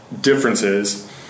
differences